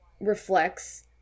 reflects